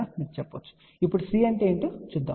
ఇప్పుడు C అంటే ఏమిటో చూద్దాం